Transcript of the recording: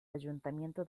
ayuntamiento